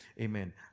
Amen